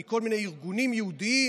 מכל מיני ארגונים יהודיים,